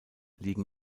liegen